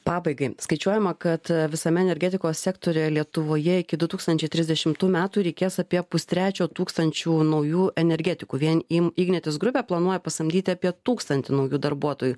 pabaigai skaičiuojama kad visame energetikos sektoriuje lietuvoje iki du tūkstančiai trisdešimtų metų reikės apie pustrečio tūkstančių naujų energetikų vien im ignitis grupė planuoja pasamdyti apie tūkstantį naujų darbuotojų